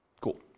Cool